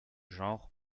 genre